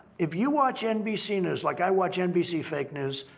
if you watch nbc news like, i watch nbc fake news.